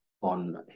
on